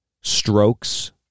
strokes